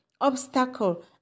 obstacle